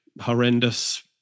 horrendous